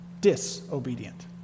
disobedient